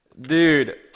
Dude